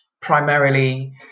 primarily